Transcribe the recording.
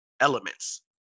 elements